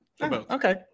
Okay